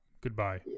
Goodbye